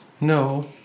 No